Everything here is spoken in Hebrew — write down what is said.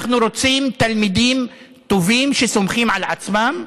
אנחנו רוצים תלמידים טובים, שסומכים על עצמם,